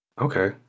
Okay